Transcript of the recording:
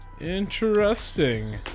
Interesting